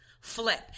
flip